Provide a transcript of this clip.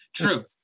True